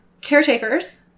caretakers